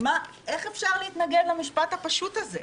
איך אפשר להתנגד למשפט הפשוט הזה?